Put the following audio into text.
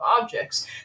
objects